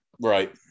Right